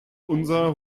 unser